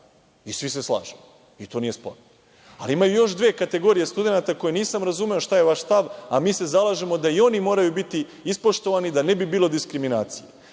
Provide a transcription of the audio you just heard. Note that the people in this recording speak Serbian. I, svi se slažemo, i to nije sporno. Ali imaju još dve kategorije studenata koje nisam razumeo šta je vaš stav, a mi se zalažemo da i oni moraju biti ispoštovani da ne bi bilo diskriminacije.